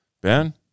Ben